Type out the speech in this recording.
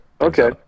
Okay